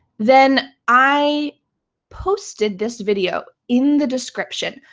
then i posted this video in the description.